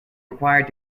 required